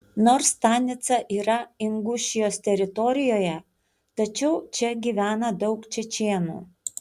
nors stanica yra ingušijos teritorijoje tačiau čia gyvena daug čečėnų